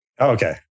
Okay